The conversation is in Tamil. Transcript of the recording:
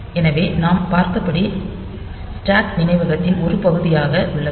எனவே நாம் பார்த்தபடி ஸ்டாக் நினைவகத்தின் ஒரு பகுதியாக உள்ளது